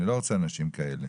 אני לא רוצה אנשים כאלה.